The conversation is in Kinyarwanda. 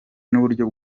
n’uburyo